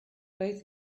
both